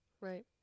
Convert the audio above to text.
right